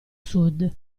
sud